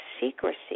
secrecy